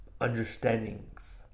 understandings